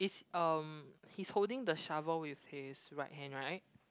um he's holding the shovel with his right hand right